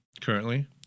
Currently